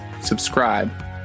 subscribe